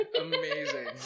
Amazing